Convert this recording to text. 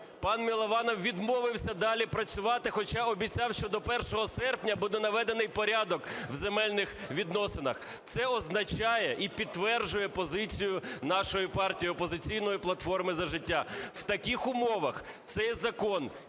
пан Милованов відмовився далі працювати, хоча обіцяв що до 1 серпня буде наведений порядок в земельних відносинах. Це означає і підтверджує позицію нашої партії – "Опозиційної платформи - За життя": в таких умовах цей закон є ніщо